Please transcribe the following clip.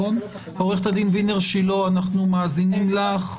אנחנו מאזינים לך,